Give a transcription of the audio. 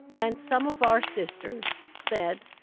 and some of our sisters said,